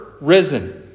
risen